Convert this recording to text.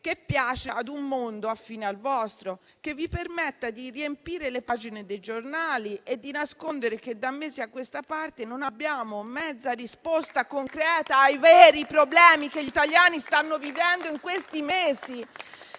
che piace ad un mondo affine al vostro, che vi permetta di riempire le pagine dei giornali e di nascondere che, da mesi a questa parte, non abbiamo mezza risposta concreta ai veri problemi che gli italiani stanno vivendo in questi mesi!